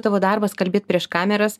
tavo darbas kalbėti prieš kameras